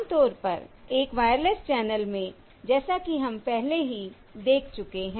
आमतौर पर एक वायरलेस चैनल में जैसा कि हम पहले ही देख चुके हैं